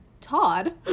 Todd